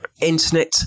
internet